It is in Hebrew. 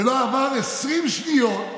ולא עברו 20 שניות,